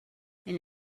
and